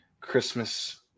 christmas